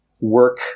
work